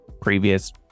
previous